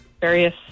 various